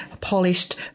polished